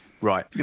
Right